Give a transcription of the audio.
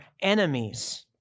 enemies